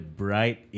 bright